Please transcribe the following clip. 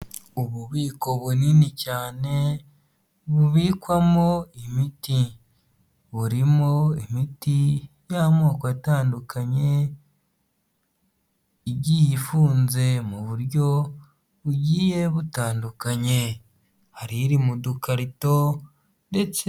Ububiko bunini cyane bubikwamo imiti, burimo imiti y'amoko atandukanye igiye ifunze mu buryo bugiye butandukanye hari iri mu dukarito ndetse...